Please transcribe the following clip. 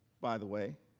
by the way